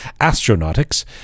Astronautics